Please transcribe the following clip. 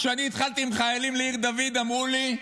כשאני התחלתי עם חיילים בעיר דוד אמרו לי,